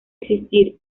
existir